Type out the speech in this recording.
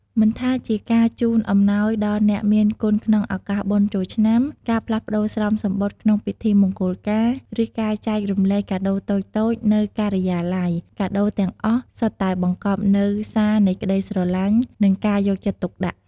មិនថាជាការជូនអំណោយដល់អ្នកមានគុណក្នុងឱកាសបុណ្យចូលឆ្នាំ ការផ្លាស់ប្ដូរស្រោមសំបុត្រក្នុងពិធីមង្គលការ ឬការចែករំលែកកាដូរតូចៗនៅការិយាល័យ កាដូរទាំងអស់សុទ្ធតែបង្កប់នូវ សារនៃក្ដីស្រឡាញ់ និងការយកចិត្តទុកដាក់។